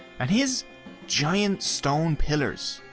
and his giant stone pillars,